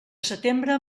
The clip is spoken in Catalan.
setembre